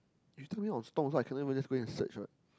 you tell me on Stomp I cannot even just go and search what